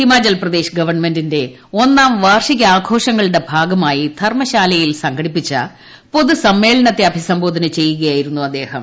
ഹിമാചൽപ്രദേശ് ഗവൺമെന്റിന്റെ ഒന്നാം വാർഷിക ആഘോഷങ്ങളുടെ ഭാഗമായി ധരംശാലയിൽ സംഘടിപ്പിച്ച പൊതു സമ്മേളനത്തെ അഭിസംബോധന ചെയ്യുകയായിരുന്നു അദ്ദേഹം